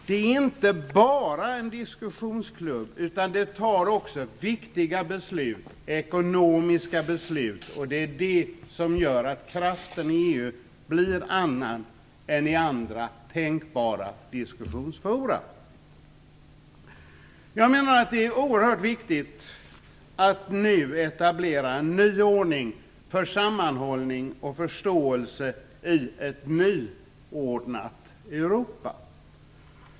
Det är inte en diskussionsklubb, utan fattar också viktiga, ekonomiska beslut, och det är det som gör att kraften i EU blir en annan än i andra tänkbara diskussionsfora. Jag menar att det är oerhört viktigt att nu etablera en ny ordning för sammanhållning och förståelse i ett nyordnat Europa.